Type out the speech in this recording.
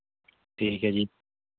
ਠੀਕ ਹੈ ਜੀ